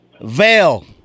veil